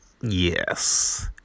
Yes